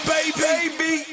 Baby